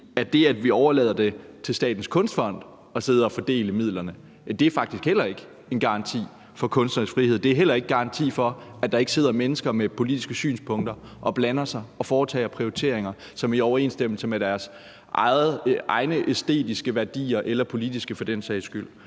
at det, at vi overlader det til Statens Kunstfond at sidde og fordele medierne, faktisk heller ikke er en garanti for den kunstneriske frihed, og at det heller ikke er en garanti for, at der ikke sidder mennesker med politiske synspunkter og blander sig og foretager prioriteringer, som er i overensstemmelse med deres egne æstetiske eller for den sags skyld